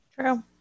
true